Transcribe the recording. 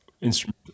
instrument